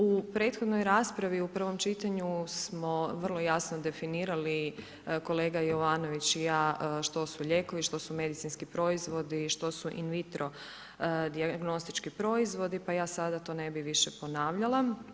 U prethodnoj raspravi u prvom čitanju smo vrlo jasno definirali kolega Jovanović i ja što su lijekovi, što su medicinski proizvodi i što su invitro dijagnostički proizvodi, pa ja sada to ne bi više ponavljala.